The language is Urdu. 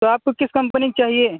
تو آپ کو کس کمپنی کی چاہیے